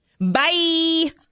Bye